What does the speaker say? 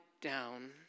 down